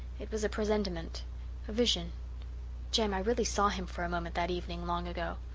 it was a presentiment a vision jem, i really saw him for a moment that evening long ago.